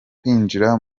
kwinjira